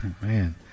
man